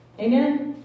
amen